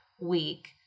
week